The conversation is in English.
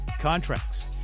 contracts